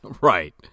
Right